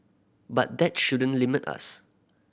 but that shouldn't limit us